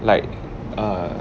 like uh